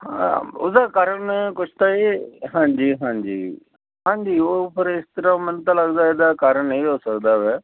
ਹਾਂ ਉਹਦਾ ਕਾਰਨ ਕੁਛ ਤਾਂ ਇਹ ਹਾਂਜੀ ਹਾਂਜੀ ਹਾਂਜੀ ਉਹ ਫਿਰ ਇਸ ਤਰ੍ਹਾਂ ਮੈਨੂੰ ਤਾਂ ਲੱਗਦਾ ਇਹਦਾ ਕਾਰਨ ਇਹੀ ਹੋ ਸਕਦਾ ਹੈ